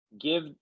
give